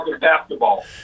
basketball